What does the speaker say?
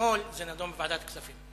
שאתמול זה נדון בוועדת הכספים.